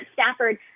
Stafford